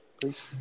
please